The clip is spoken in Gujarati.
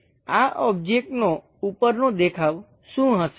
આ ઓબ્જેક્ટનો ઉપરનો દેખાવ શું હશે